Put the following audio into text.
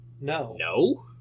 No